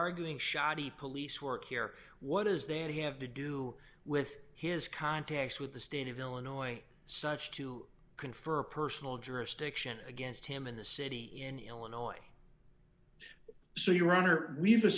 arguing shoddy police work here what is they have to do with his contacts with the state of illinois such to confer personal jurisdiction against him in the city in illinois so your honor we